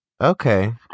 Okay